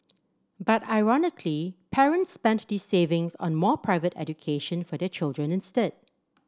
but ironically parents spent these savings on more private education for their children instead